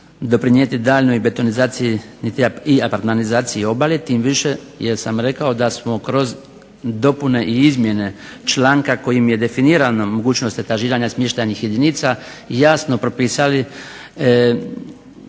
doprinijeti daljnjoj betonizaciji i apartmanizaciji obale, tim više jer sam rekao da smo kroz dopune i izmjene članka kojim je definirana mogućnost etažiranja smještajnih jedinica jasno propisali